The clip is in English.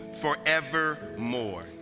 forevermore